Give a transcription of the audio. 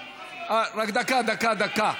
דקה, דקה.